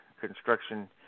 construction